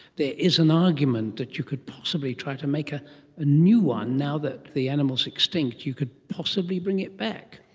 there is an argument that you could possibly try to make a new one now that the animal is extinct, you could possibly bring it back.